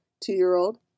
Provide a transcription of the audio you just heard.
two-year-old